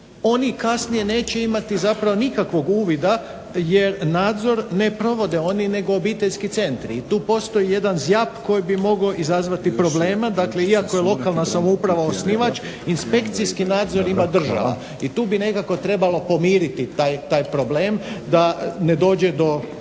oni kasnije neće imati zapravo nikakvog uvida jer nadzor ne provode oni, nego obiteljski centri i tu postoji jedan zjap koji bi mogao izazvati probleme, dakle iako je lokalna samouprava osnivač inspekcijski nadzor ima država, i tu bi nekako trebalo pomiriti taj problem da ne dođe do